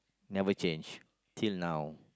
never change till now